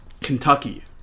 Kentucky